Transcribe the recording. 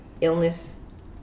illness